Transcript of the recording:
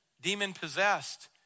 demon-possessed